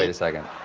and second.